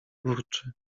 burczy